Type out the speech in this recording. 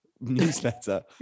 newsletter